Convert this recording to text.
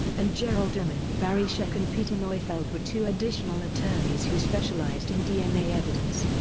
and gerald uelmen. barry scheck and peter neufeld were two additional attorneys who specialized in dna evidence.